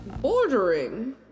Bordering